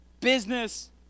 Business